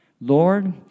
Lord